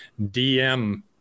DM